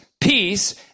peace